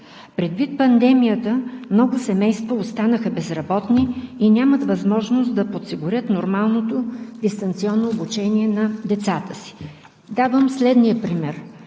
Предвид пандемията много семейства останаха безработни и нямат възможност да подсигурят нормалното дистанционно обучение на децата си. Давам следния пример: